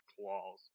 claws